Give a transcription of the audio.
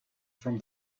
from